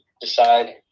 decide